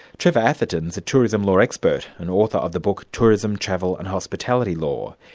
trevor atherton is a tourism law expert and author of the book tourism, travel and hospitality law.